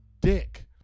dick